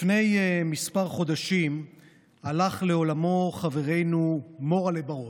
לפני כמה חודשים הלך לעולמו חברנו מורל'ה בר-און.